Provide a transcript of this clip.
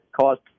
caused